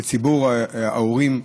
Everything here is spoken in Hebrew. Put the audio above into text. לציבור ההורים,